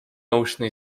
научно